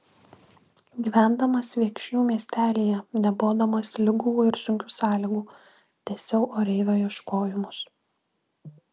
gyvendamas viekšnių miestelyje nebodamas ligų ir sunkių sąlygų tęsiau oreivio ieškojimus